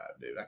dude